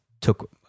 took